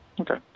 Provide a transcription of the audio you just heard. Okay